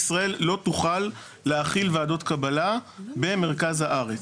ישראל לא תוכל להחיל ועדות קבלה במרכז הארץ.